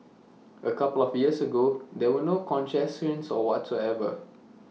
A couple laugh years ago there were no concessions whatsoever